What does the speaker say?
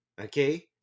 okay